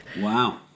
Wow